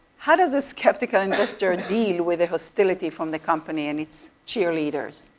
how does a skeptical investor deal with the hostility from the company and its cheerleaders?